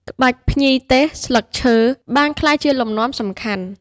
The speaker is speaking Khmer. ក្បាច់ភ្ញីទេស (ស្លឹកឈើ) បានក្លាយជាលំនាំសំខាន់។